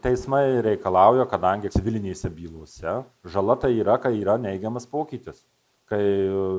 teismai reikalauja kadangi civilinėse bylose žala tai yra kai yra neigiamas pokytis kai